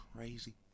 Crazy